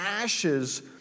ashes